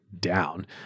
down